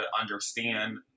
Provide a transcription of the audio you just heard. understand